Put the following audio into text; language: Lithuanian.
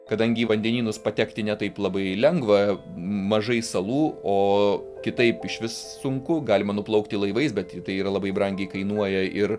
kadangi į vandenynus patekti ne taip labai lengva mažai salų o kitaip išvis sunku galima nuplaukti laivais bet tai yra labai brangiai kainuoja ir